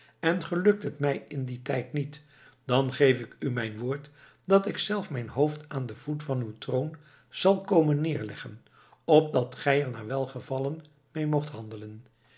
en gelukt het mij in dien tijd niet dan geef ik u mijn woord dat ikzelf mijn hoofd aan den voet van uw troon zal komen neerleggen opdat gij er naar welgevallen mee moogt handelen